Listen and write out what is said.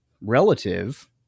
relative